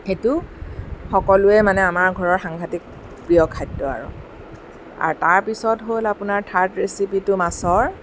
সেইটো সকলোৱে মানে আমাৰ ঘৰৰ সাংঘাটিক প্ৰিয় খাদ্য আৰু আৰু তাৰপিছত হ'ল আপোনাৰ থাৰ্ড ৰেচিপিটো মাছৰ